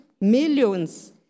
millions